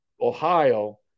ohio